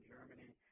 Germany